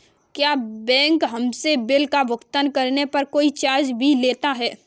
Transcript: क्या बैंक हमसे बिल का भुगतान करने पर कोई चार्ज भी लेता है?